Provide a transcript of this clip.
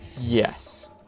Yes